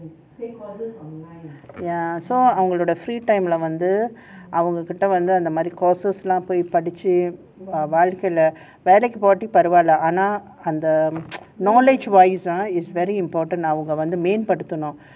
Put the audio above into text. ya so அவங்களோட:avangaloda free time அந்த மாதிரி:antha mathiri course lah எல்லாம் போயி படிச்சு வாழ்க்கைல வேலைக்கு போகாட்டியும் பரவால்ல:ellam poyi padichu vaazhkaila vekaikku pogaattiyum paravaalla knowledge wise ah is very important main அவங்க அத மேம்படுத்தணும்:avanga atha membaduththanum